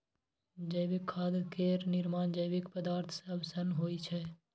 जैविक खाद केर निर्माण जैविक पदार्थ सब सँ होइ छै